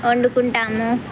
వండుకుంటాము